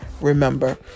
remember